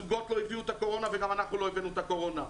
הזוגות לא הביאו את הקורונה וגם אנחנו לא הבאנו את הקורונה.